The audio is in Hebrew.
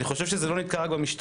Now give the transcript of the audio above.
אני חושב שזה לא רק המשטרה,